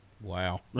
Wow